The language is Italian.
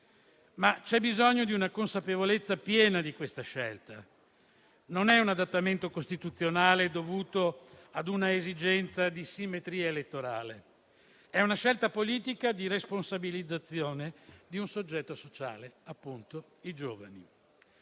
ma c'è bisogno di una consapevolezza piena di questa scelta. Non è un adattamento costituzionale dovuto a un'esigenza di simmetria elettorale; è una scelta politica di responsabilizzazione di un soggetto sociale, appunto i giovani,